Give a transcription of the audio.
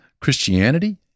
Christianity